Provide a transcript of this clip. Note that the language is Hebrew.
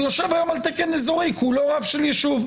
יושב היום על תקן אזורי כי הוא לא רב של יישוב.